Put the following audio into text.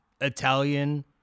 Italian